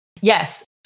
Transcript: Yes